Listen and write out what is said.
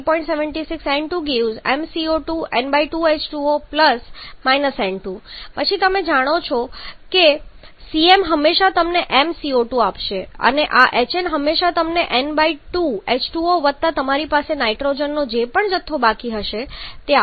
76 N2 🡪 m CO2 n2 H2O N2 પછી તમે જાણો છો કે Cm હંમેશા તમને m CO2 આપશે અને આ Hn હંમેશા તમને n2 H2O વત્તા તમારી પાસે નાઇટ્રોજનનો જે પણ જથ્થો બાકી હશે તે આપશે